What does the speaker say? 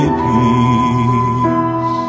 peace